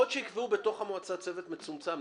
יכול להיות שיקבעו בתוך המועצה צוות מצומצם.